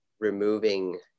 removing